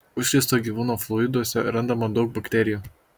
užkrėsto gyvūno fluiduose randama daug bakterijų